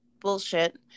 bullshit